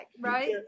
right